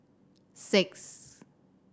six